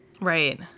right